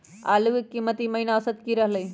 आलू के कीमत ई महिना औसत की रहलई ह?